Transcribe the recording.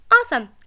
awesome